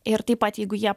ir taip pat jeigu jie